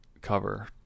cover